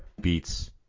beats